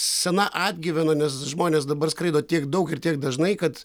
sena atgyvena nes žmonės dabar skraido tiek daug ir tiek dažnai kad